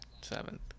Seventh